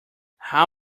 how